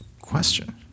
question